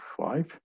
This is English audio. five